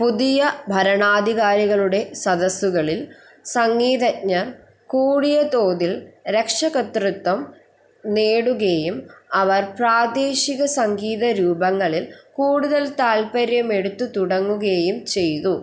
പുതിയ ഭരണാധികാരികളുടെ സദസ്സുകളിൽ സംഗീതജ്ഞർ കൂടിയ തോതിൽ രക്ഷകർതൃത്വം നേടുകയും അവർ പ്രാദേശിക സംഗീത രൂപങ്ങളിൽ കൂടുതൽ താല്പര്യമെടുത്ത് തുടങ്ങുകയും ചെയ്തു